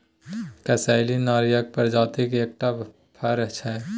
कसैली नारियरक प्रजातिक एकटा फर छै